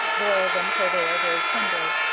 boil them till they are very tender,